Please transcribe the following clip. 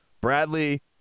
Bradley